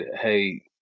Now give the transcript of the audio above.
hey